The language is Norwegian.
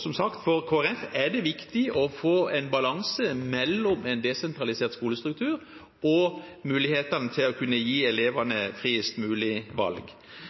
Som sagt, for Kristelig Folkeparti er det viktig å få en balanse mellom en desentralisert skolestruktur og muligheten til å kunne gi eleven friest mulig valg.